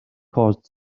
caused